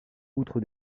outre